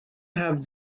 have